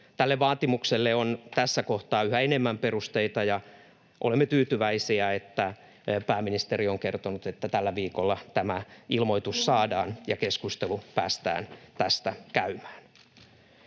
Tälle vaatimukselle on tässä kohtaa yhä enemmän perusteita. Olemme tyytyväisiä, että pääministeri on kertonut, että tällä viikolla tämä ilmoitus saadaan ja keskustelu päästään tästä käymään.